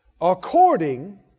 according